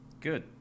good